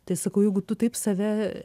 tai sakau jeigu tu taip save